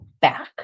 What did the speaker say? back